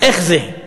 איך זה?